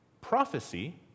prophecy